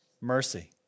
mercy